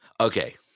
Okay